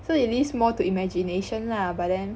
so it leaves more to imagination lah but then